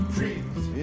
Trees